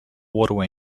waterway